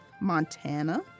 Montana